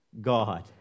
God